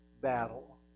battle